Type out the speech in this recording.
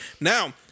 Now